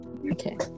Okay